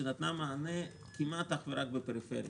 שנתנה מענה כמעט אך ורק בפריפריה.